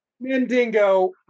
Mandingo